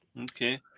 Okay